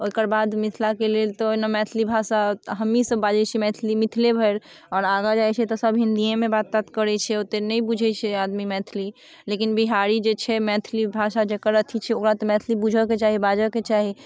ओकर बाद मिथिलाके लेल तऽ ओना मैथिली भाषा हमहीँसब बाजै छी मैथिली मिथिले भरि आओर आगाँ जाइ छिए तऽ सब हिन्दिएमे बात तात करै छै ओतेक नहि बुझै छै आदमी मैथिली लेकिन बिहारी जे छै मैथिली भाषा जकर अथी छै ओकरा तऽ मैथिली बुझैके चाही बाजैके चाही